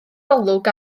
olwg